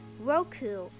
Roku